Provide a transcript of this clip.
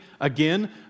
again